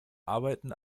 arbeiten